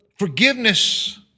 Forgiveness